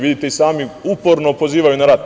Vidite i sami, uporno pozivaju na rat.